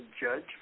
judge